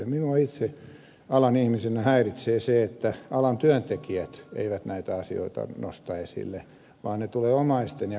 minua itseäni alan ihmisenä häiritsee se että alan työntekijät eivät näitä asioita nosta esille vaan ne tulevat omaisten ja kanteluiden kautta